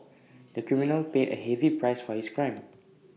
the criminal paid A heavy price for his crime